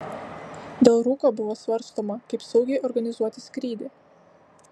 dėl rūko buvo svarstoma kaip saugiai organizuoti skrydį